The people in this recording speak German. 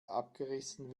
abgerissen